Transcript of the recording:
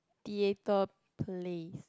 theatre place